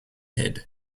head